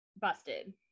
busted